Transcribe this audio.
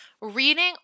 reading